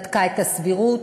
בדקה את הסבירות,